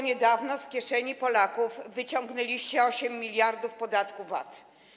Niedawno z kieszeni Polaków wyciągnęliście 8 mld podatku VAT.